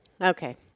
Okay